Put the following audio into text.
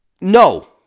no